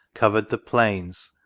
covered the plains,